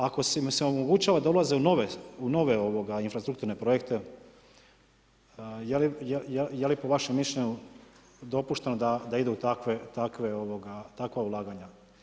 Ako se omogućuje da ulaze u nove infrastrukturne projekte, je li po vašem mišljenju dopušteno da idu u takva ulaganja.